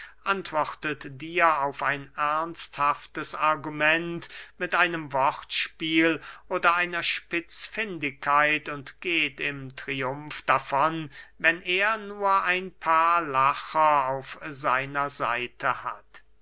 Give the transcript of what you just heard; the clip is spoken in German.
antwortet dir auf ein ernsthaftes argument mit einem wortspiel oder einer spitzfindigkeit und geht im triumf davon wenn er nur ein paar lacher auf seiner seite hat